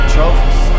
Trophies